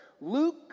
Luke